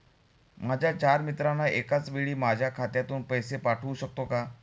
माझ्या चार मित्रांना एकाचवेळी माझ्या खात्यातून पैसे पाठवू शकतो का?